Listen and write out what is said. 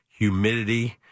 humidity